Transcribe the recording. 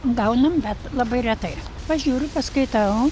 gaunam bet labai retai pažiūriu paskaitau